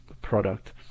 product